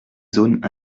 zone